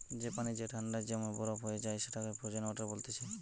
যে পানি যে ঠান্ডায় জমে বরফ হয়ে যায় সেটাকে ফ্রোজেন ওয়াটার বলতিছে